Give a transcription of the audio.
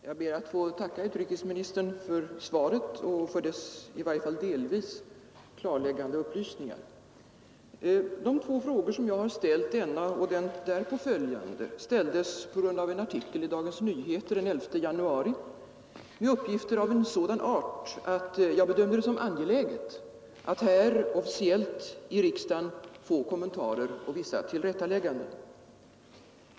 Herr talman! Jag ber att få tacka utrikesministern för svaret och för dess i varje fall delvis klarläggande upplysningar. De två frågor som jag har ställt — denna och den därpå följande — är föranledda av en artikel i Dagens Nyheter den 11 januari med uppgifter av sådan art att jag bedömde det som angeläget att officiellt här i riksdagen få kommentarer och vissa tillrättalägganden.